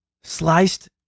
sliced